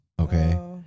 okay